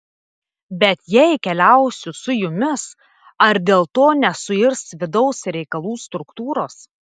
bet jei keliausiu su jumis ar dėl to nesuirs vidaus reikalų struktūros